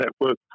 network